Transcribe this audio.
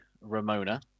Ramona